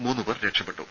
മൂന്നുപേർ രക്ഷപ്പെട്ടു